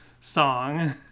song